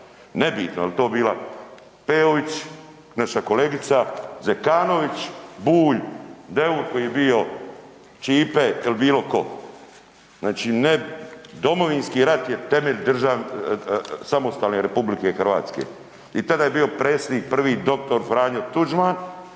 Nebitno jel to bila Peović, naša kolegica, Zekanović, Bulj, Deur koji je bio ćipe il bilo ko. Znači ne, Domovinski rat je temelj samostalne RH i tada je bio predsjednik prvi dr. Franjo Tuđman